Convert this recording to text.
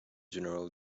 general